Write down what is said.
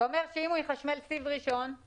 אם הוא יחשמל סיב ראשון,